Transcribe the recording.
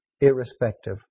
irrespective